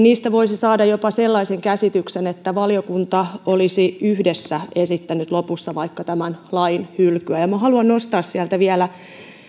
niistä voisi saada jopa sellaisen käsityksen että valiokunta olisi yhdessä esittänyt lopussa tämän lain hylkyä haluan nostaa sieltä vielä